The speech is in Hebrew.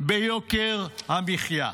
ביוקר המחיה.